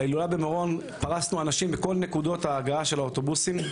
בהילולה במירון פרסנו אנשים בכל נקודות ההגעה של האוטובוסים.